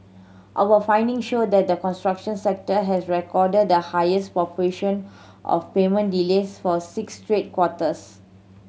our finding show that the construction sector has recorded the highest proportion of payment delays for six straight quarters